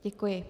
Děkuji.